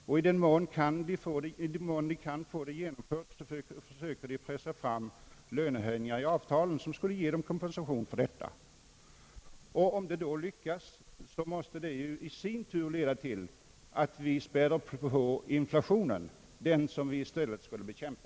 I den mån man kan lyckas därmed försöker man i avtalen pressa fram löneförhöjningar som ger kompensation för det höga skattetrycket. Det leder i sin tur till en påspädning av inflationen, den inflation som vi i stället skulle bekämpa.